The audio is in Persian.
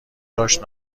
داشت